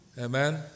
Amen